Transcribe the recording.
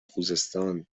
خوزستان